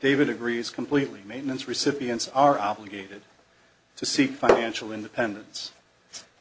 david agrees completely maintenance recipients are obligated to seek financial independence